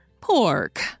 Pork